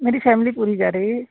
मेरी फ़ैमिली पूरी जा रही